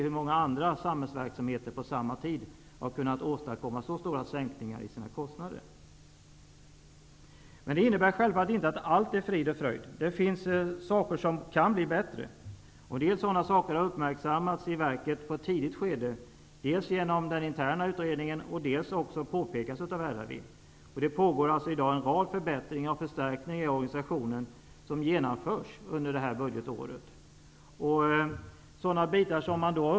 Hur många andra samhällsverksamheter är det som på samma tid har kunnat åstadkomma så stora sänkningar av sina kostnader? Detta innebär självfallet inte att allt är frid och fröjd. Det finns saker som kan bli bättre. Sådana saker har uppmärksammats i verket på tidigt skede dels genom den interna utredningen, dels efter påpekanden från RRV. Det pågår i dag en rad förbättringar och förstärkningar i organisationen, som genomförs under detta budgetår.